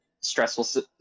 stressful